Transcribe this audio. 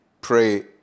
pray